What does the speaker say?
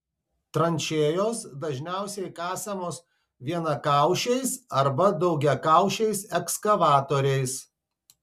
tranšėjos dažniausiai kasamos vienakaušiais arba daugiakaušiais ekskavatoriais